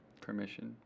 permission